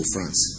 France